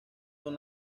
son